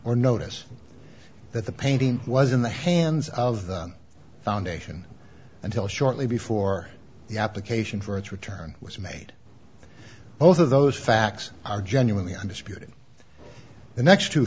or notice that the painting was in the hands of the foundation until shortly before the application for its return was made both of those facts are genuinely undisputed the next two